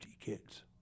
kids